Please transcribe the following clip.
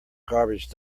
garbage